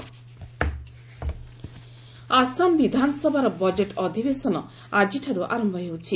ଆସାମ ଆସେମ୍କି ଆସାମ ବିଧାନସଭାର ବଜେଟ୍ ଅଧିବେଶନ ଆଜିଠାରୁ ଆରମ୍ଭ ହେଉଛି